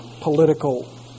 political